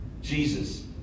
Jesus